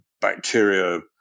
bacteria